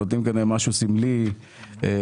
נותנים כאן משהו סמלי למשתתפים.